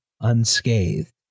unscathed